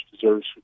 deserves